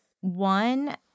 one